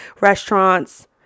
restaurants